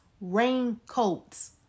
raincoats